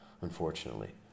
Unfortunately